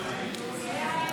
47 בעד,